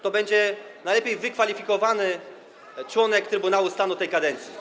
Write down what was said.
To będzie najlepiej wykwalifikowany członek Trybunału Stanu tej kadencji.